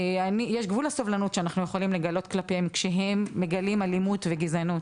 יש גבול לסובלנות שאנחנו יכולים לגלות כלפיהם כשהם מגלים אלימות וגזענות